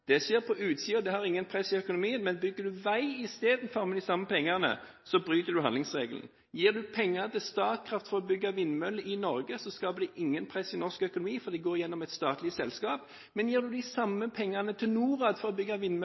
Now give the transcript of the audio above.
skjer på utsiden, og at det ikke skaper noe press i økonomien, men hvis du i stedet bygger vei for de samme pengene, så bryter du handlingsregelen. Gir du penger til Statkraft for å bygge vindmøller i Norge, så skaper det ikke noe press i norsk økonomi fordi det går gjennom et statlig selskap. Men gir du de samme pengene til Norad for å bygge